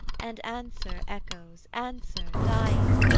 and answer, echoes, answer, dying,